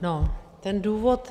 No, ten důvod.